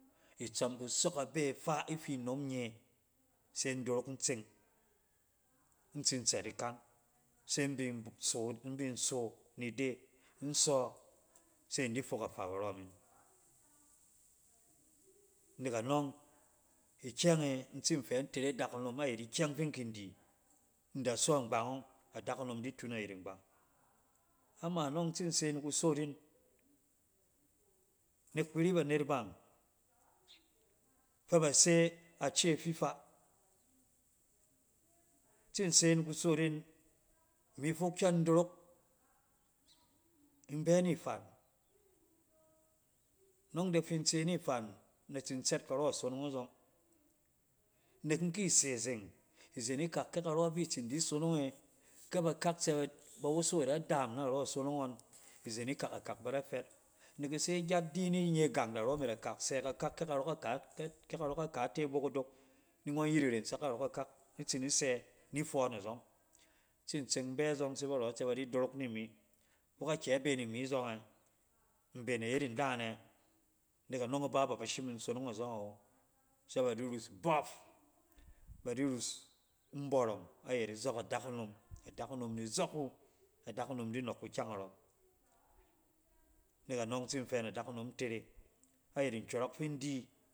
Abe faa ifi nom nye se in dorok in tseng in tsin tsɛt ikan se in bin sot, in bin so nide, insɔ se in di fok afaw irɔmin. Nek anɔng, ikyɛng e in tsin fɛ intere adakunom ayit ikyɛng fin kin di in da so mgbang ɔng, adakunom di tan ayit mgbang. Ama nɔng in tsin se ni kusotin nek kuri banet bang fɛ ba se ace fifaa, in tsin se ni kusot in imi fok kyɔn in dorok in bɛ nifan nɔng in da fin tse, nifan, in da tsin tsɛf karɔ isonong azɔng. Nek in ki se, zeng, izen ikak kɛ karɔ fi itsin di sonong kɛ bakak tsɛ b-ba woso da daam narɔ sonong ngɔn izen ikak akak ba da fɛt. Nek ise gyat di ni nye gang narɔ me na kak, sɛ kakak, kɛ karɔ ka ka kɛ karɔ ka ka te gbogodok ni ngɔn yit iren sak arɔ kakak ni tsini sɛ ni fɔɔn azɔng. In tsin tseng in bɛ zɔng se barɔ di dorok ni mi fok akyɛ be nimi zɔng ɛ? Mben e yet inan ɛ? Nek anɔng iba ba ba shim imi nin sonong azɔng awo. Se ba di rus bɔf, ba di rus in bɔrang ayɛt izɔk adakunom, adakunom ni izɔk wu, adakunom di nɔk kukyang wɔm. nek anɔng in tsin fɛ na dakunom intere ayɛt nkyɔrɔk fin di